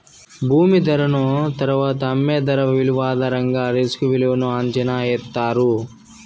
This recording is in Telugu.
భూమి ధరను తరువాత అమ్మే ధర విలువ ఆధారంగా రిస్క్ విలువను అంచనా ఎత్తారు